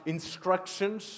instructions